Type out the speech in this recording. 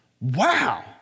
wow